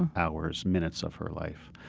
and hours, minutes of her life?